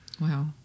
Wow